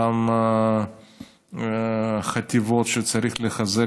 אותן חטיבות שצריך לחזק,